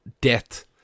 Death